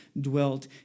dwelt